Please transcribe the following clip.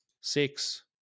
Six